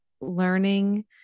learning